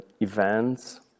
events